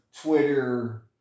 Twitter